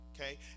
Okay